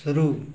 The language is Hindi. शुरू